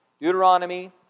Deuteronomy